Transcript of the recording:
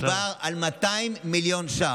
מדובר על 200 מיליון שקלים,